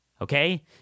okay